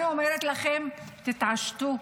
אני אומרת לכם, תתעשתו,